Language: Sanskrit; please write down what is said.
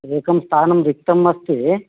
एकं स्थानं रिक्तम् अस्ति